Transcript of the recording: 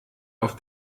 auf